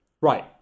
Right